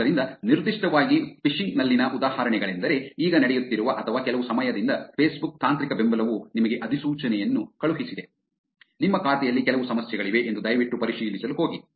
ಆದ್ದರಿಂದ ನಿರ್ದಿಷ್ಟವಾಗಿ ಫಿಶಿಂಗ್ ನಲ್ಲಿನ ಉದಾಹರಣೆಗಳೆಂದರೆ ಈಗ ನಡೆಯುತ್ತಿರುವ ಅಥವಾ ಕೆಲವು ಸಮಯದಿಂದ ಫೇಸ್ಬುಕ್ ತಾಂತ್ರಿಕ ಬೆಂಬಲವು ನಿಮಗೆ ಅಧಿಸೂಚನೆಯನ್ನು ಕಳುಹಿಸಿದೆ ನಿಮ್ಮ ಖಾತೆಯಲ್ಲಿ ಕೆಲವು ಸಮಸ್ಯೆಗಳಿವೆ ಎಂದು ದಯವಿಟ್ಟು ಪರಿಶೀಲಿಸಲು ಹೋಗಿ